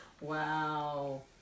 Wow